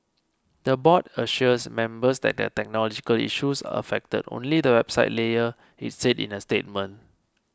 the Board assures members that the technological issues affected only the website layer it said in a statement